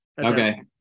Okay